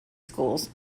schools